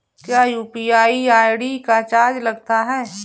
क्या UPI ID का charge लगता है?